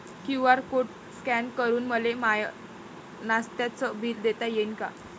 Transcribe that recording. QR code scan करून मले माय नास्त्याच बिल देता येईन का?